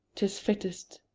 tis fittest.